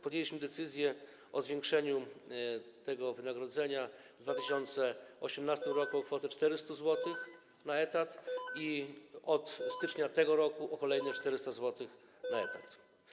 Podjęliśmy decyzję o zwiększeniu tego wynagrodzenia w 2018 r. o kwotę 400 zł na etat i od stycznia tego roku o kolejne 400 zł na etat.